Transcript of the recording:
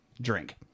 Drink